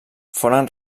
foren